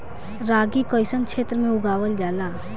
रागी कइसन क्षेत्र में उगावल जला?